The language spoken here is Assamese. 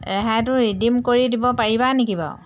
ৰেহাইটো ৰিডিম কৰি দিব পাৰিবা নেকি বাৰু